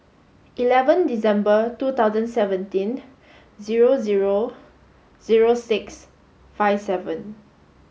eleven December two thousand seventeen zero zero zero six five seven